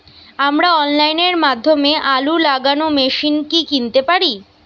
আমরা অনলাইনের মাধ্যমে আলু লাগানো মেশিন কি কিনতে পারি?